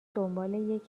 دنبال